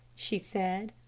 she said.